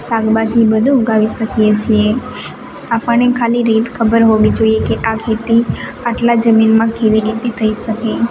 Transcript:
શાકભાજી બધું ઉગાવી શકીએ છીએ આપણને ખાલી રીત ખબર હોવી જોઈએ કે આ ખેતી આટલા જમીનમાં કેવી રીતે થઈ શકે